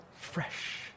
fresh